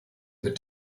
their